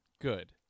Good